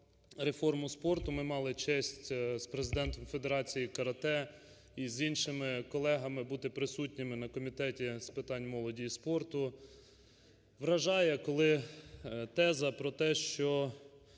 реформу спорту. Ми мали честь з президентом Федерації карате і з іншими колегами бути присутніми на Комітеті з питань молоді і спорту, вражає, коли теза про те, що